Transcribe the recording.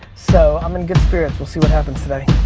so, i'm in good spirits, we'll see what happens today.